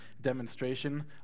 demonstration